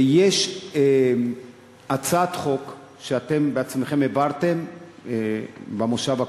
יש הצעת חוק שאתם בעצמכם העברתם במושב הקודם,